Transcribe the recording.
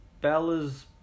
Bella's